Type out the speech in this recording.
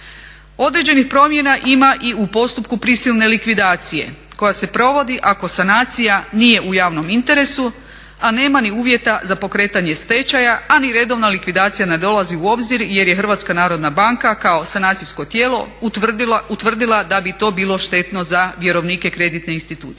Određenih promjena ima i u prisilne likvidacije koja se provodi ako sanacija nije u javnom interesu a nema ni uvjeta za pokretanje stečaja, a ni redovna likvidacija ne dolazi u obzir jer je Hrvatska narodna banka kao sanacijsko tijelo utvrdila da bi to bilo štetno za vjerovnike kreditne institucije.